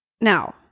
Now